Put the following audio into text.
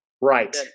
Right